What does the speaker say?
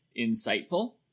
insightful